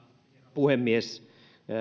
puhemies